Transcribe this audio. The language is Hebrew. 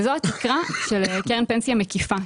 וזו התקרה של קרן פנסיה מקיפה,